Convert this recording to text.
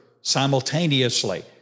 Simultaneously